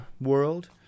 world